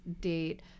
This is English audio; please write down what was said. date